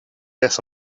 guess